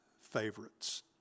favorites